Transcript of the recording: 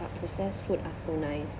but processed foods are so nice